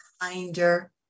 kinder